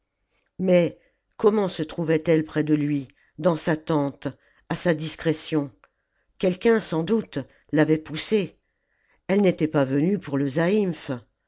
mais comment se trouvait-elle près de lui dans a tente à sa discrétion quelqu'un sans doute l'avait poussée elle n'était pas venue pour le